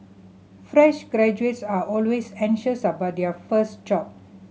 fresh graduates are always anxious about their first job